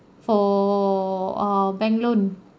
for uh bank loan